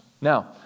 Now